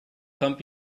comb